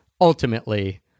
ultimately